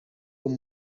uwo